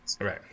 Right